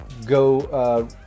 Go